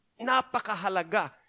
napakahalaga